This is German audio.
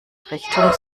richtung